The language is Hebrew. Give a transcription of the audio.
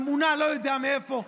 שמונה לא יודע מאיפה,